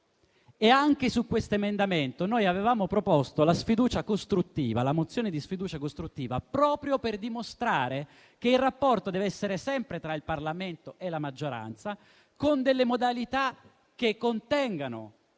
anche su questo emendamento noi avevamo proposto la mozione di sfiducia costruttiva, proprio per dimostrare che il rapporto deve essere sempre tra il Parlamento e la maggioranza con delle modalità che contengano